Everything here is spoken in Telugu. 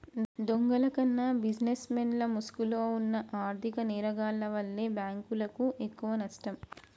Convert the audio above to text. దొంగల కన్నా బిజినెస్ మెన్ల ముసుగులో వున్న ఆర్ధిక నేరగాల్ల వల్లే బ్యేంకులకు ఎక్కువనష్టం